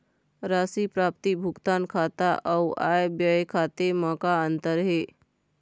राशि प्राप्ति भुगतान खाता अऊ आय व्यय खाते म का अंतर हे?